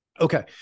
Okay